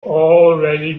already